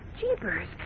Jeepers